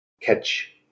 catch